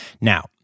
Now